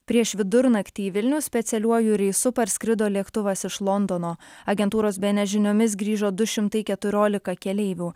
prieš vidurnaktį į vilnių specialiuoju reisu parskrido lėktuvas iš londono agentūros bns žiniomis grįžo du šimtai keturiolika keleivių